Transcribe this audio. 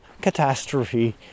catastrophe